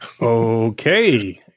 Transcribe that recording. Okay